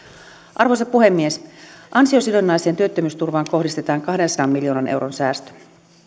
arvoisa puhemies ansiosidonnaiseen työttömyysturvaan kohdistetaan kahdensadan miljoonan euron säästö